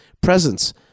presence